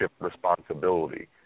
responsibility